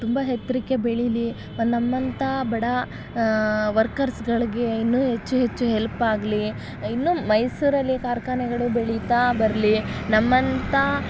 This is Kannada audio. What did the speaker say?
ತುಂಬ ಎತ್ರಕ್ಕೆ ಬೆಳೀಲಿ ಒಂದು ನಮ್ಮಂಥ ಬಡ ವರ್ಕರ್ಸುಗಳ್ಗೆ ಇನ್ನೂ ಹೆಚ್ಚು ಹೆಚ್ಚು ಹೆಲ್ಪಾಗಲಿ ಇನ್ನೂ ಮೈಸೂರಲ್ಲಿ ಕಾರ್ಖಾನೆಗಳು ಬೆಳಿತಾ ಬರಲಿ ನಮ್ಮಂಥ